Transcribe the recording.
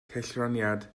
cellraniad